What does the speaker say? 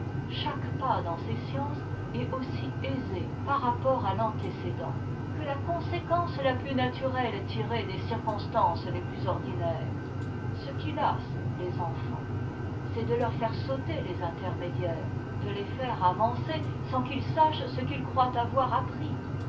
chaque pas dans ces sciences est aussi aisé par rapport à l'antécédent que la conséquence la plus naturelle tirée des circonstances les plus ordinaires ce qui lasse les enfants c'est de leur faire sauter les intermédiaires de les faire avancer sans qu'ils sachent ce qu'ils croient avoir appris